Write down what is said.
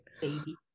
baby